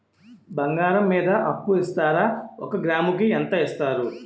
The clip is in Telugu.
బంగారం మీద అప్పు ఇస్తారా? ఒక గ్రాము కి ఎంత ఇస్తారు?